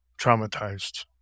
traumatized